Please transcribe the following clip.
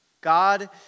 God